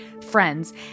friends